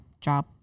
job